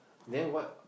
then what